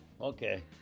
Okay